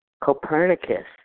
Copernicus